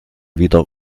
wieder